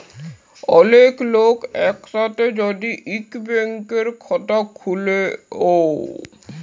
ওলেক লক এক সাথে যদি ইক ব্যাংকের খাতা খুলে ও